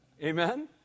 Amen